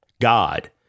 God